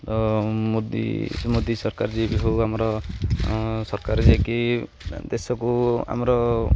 ମୋଦି ସେ ମୋଦି ସରକାର ଯିଏ ବି ହଉ ଆମର ସରକାର ଯାଇକି ଦେଶକୁ ଆମର